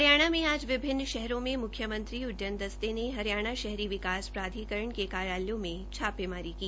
हरियाणा में आज विभिन्न शहरों में मुख्यमंत्री उड्डन दस्ते ने हरियाणा शहरी विकास प्राधिकरण के कार्यालयों में छापेमारी की